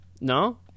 No